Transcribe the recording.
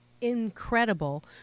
incredible